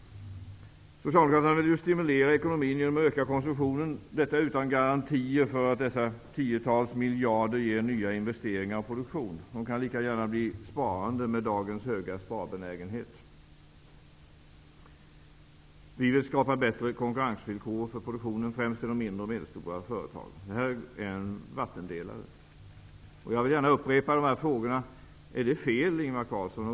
Socialdemokraterna vill stimulera ekonomin genom att öka konsumtionen, detta utan garantier för att dessa tiotals miljarder ger nya investeringar i produktion. De kan lika gärna gå till sparande, med dagens höga sparbenägenhet. Vi vill skapa bättre konkurrensvillkor för produktionen, främst i de mindre och medelstora företagen. Detta är en vattendelare. Jag vill gärna upprepa mina frågor. Är det fel, Ingvar Carlsson?